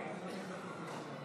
למלא באמונה את